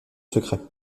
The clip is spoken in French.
secret